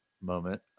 moment